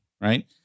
right